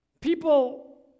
People